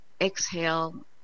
exhale